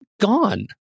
gone